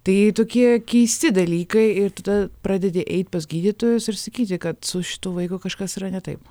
tai tokie keisti dalykai ir tada pradedi eit pas gydytojus ir sakyti kad su šituo vaiku kažkas yra ne taip